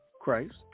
Christ